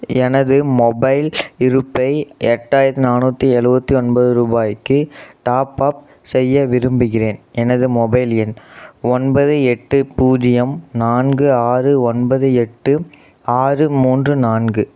எனது மொபைல் இருப்பை எட்டாயிரத்தி நானூற்றி எழுவத்தி ஒன்பது ரூபாய்க்கு டாப்அப் செய்ய விரும்புகிறேன் எனது மொபைல் எண் ஒன்பது எட்டு பூஜ்யம் நான்கு ஆறு ஒன்பது எட்டு ஆறு மூன்று நான்கு